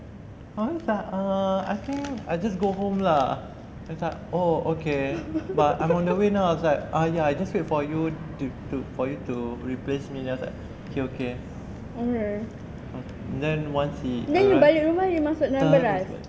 then I was like I think I just go home lah then he was like oh okay but I'm on the way now I was like ah ya I'll just wait for you to to for you to replace me he was like okay okay then once he's arrived